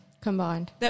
Combined